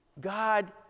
God